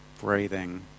breathing